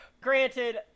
Granted